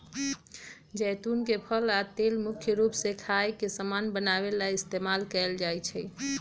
जैतुन के फल आ तेल मुख्य रूप से खाए के समान बनावे ला इस्तेमाल कएल जाई छई